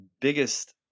biggest